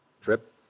Trip